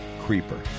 Creeper